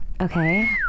Okay